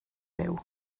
byw